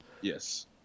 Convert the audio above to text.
yes